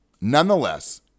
Nonetheless